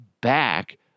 back